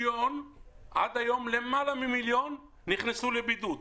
עד היום יותר ממיליון אנשים נכנסו לבידוד.